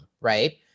Right